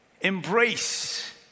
Embrace